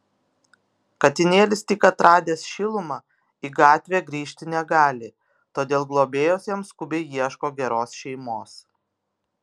katinėlis tik atradęs šilumą į gatvę grįžti negali todėl globėjos jam skubiai ieško geros šeimos